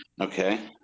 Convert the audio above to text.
Okay